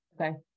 Okay